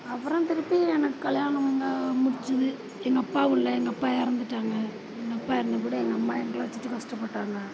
அப்புறோம் திருப்பி எனக்கு கல்யாணம் முடித்தது எங்கள் அப்பாவும் இல்லை எங்கள் அப்பா இறந்துட்டாங்க எங்கள் அப்பா இறந்தப்படு எங்கள் அம்மா எங்களை வச்சுட்டு கஷ்டப்பட்டாங்க